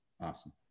Awesome